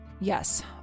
Yes